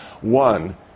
one